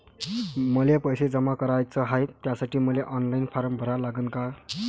मले पैसे जमा कराच हाय, त्यासाठी मले ऑनलाईन फारम भरा लागन का?